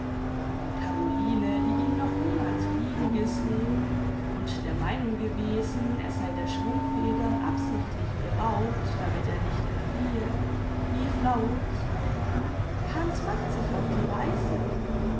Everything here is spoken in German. caroline die ihn noch niemals fliegen gesehen und der meinung gewesen er sei der schwungfedern absichtlich beraubt damit er nicht entfliehe rief laut hanns macht sich auf die reise